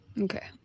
okay